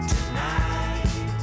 Tonight